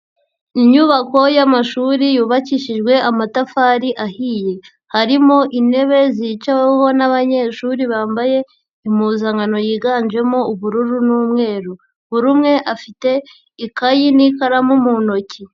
Inyubako y'amashuri yubakishijwe amatafari ahiye, harimo intebe zicaweho n'abanyeshuri bambaye impuzankano yiganjemo ubururu n'umweru, buri umwe afite ikayi n'ikaramu mu ntoki.